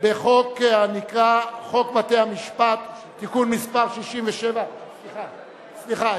בחוק הנקרא חוק בתי-המשפט (תיקון מס' 67); סליחה,